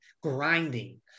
grinding